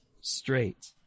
straight